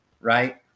right